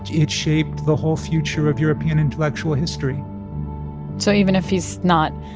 it shaped the whole future of european intellectual history so even if he's not